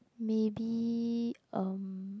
maybe erm